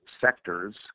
sectors